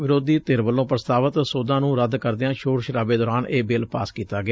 ਵਿਰੋਧੀ ਧਿਰ ਵੱਲੋਂ ਪ੍ਸਤਾਵਤ ਸੋਧਾਂ ਨੂੰ ਰੱਦ ਕਰਦਿਆਂ ਸ਼ੋਰ ਸ਼ਰਾਬੇ ਦੌਰਾਨ ਇਹ ਬਿੱਲ ਪਾਸ ਕੀਤਾ ਗਿਆ